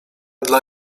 dla